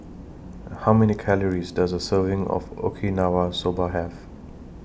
How Many Calories Does A Serving of Okinawa Soba Have